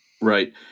Right